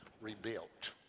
rebuilt